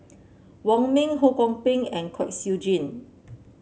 Wong Ming Ho Kwon Ping and Kwek Siew Jin